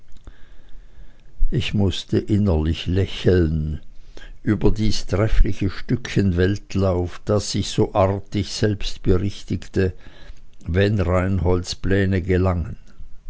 ich mußte innerlich lächeln über dies treffliche stückchen weltlauf das sich so artig selbst berichtigte wenn reinholds pläne gelangen